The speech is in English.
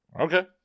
okay